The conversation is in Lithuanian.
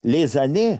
liza ne